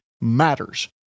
matters